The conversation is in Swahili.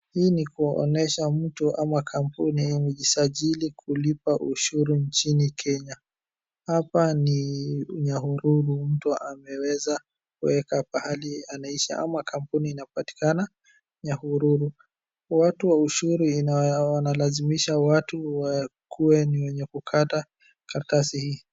Hii ni kuonesha mtu ama kampuni imejisajili kulipa ushuru nchini Kenya. Hapa ni Nyahururu mtu ameweza kuweka pahali anaishi, ama kampuni inapatikana Nyahururu. Watu wa ushuru wanalazimisha watu wakuwe ni wenye kukata karatasi hii.